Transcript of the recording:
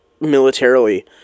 militarily